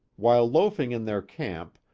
while loafing in their camp,